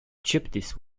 cheapest